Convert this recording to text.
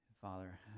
Father